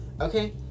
okay